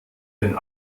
wenn